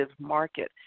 market